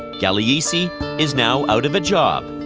gagliese is now out of a job.